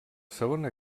segona